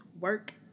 work